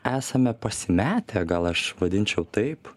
esame pasimetę gal aš vadinčiau taip